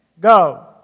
go